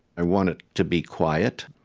i want it to be quiet,